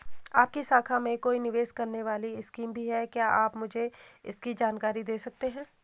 आपकी शाखा में कोई निवेश करने वाली स्कीम भी है क्या आप मुझे इसकी जानकारी दें सकते हैं?